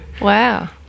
Wow